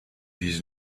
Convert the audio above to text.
his